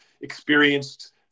experienced